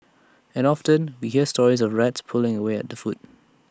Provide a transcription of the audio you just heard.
and often we hear stories of rats pulling away at the food